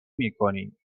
میکنیم